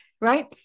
right